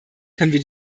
können